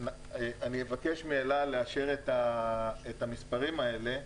אני אבקש מאל על לאשר את המספרים האלה,